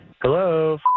Hello